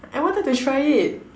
I wanted to try it